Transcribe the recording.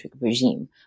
regime